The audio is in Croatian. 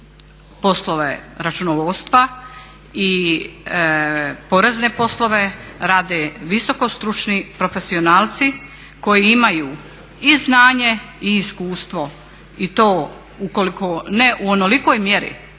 poslove računovodstva i porezne poslove rade visoko stručni profesionalci koji imaju i znanje i iskustvo i to ne u onolikoj mjeri